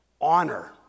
honor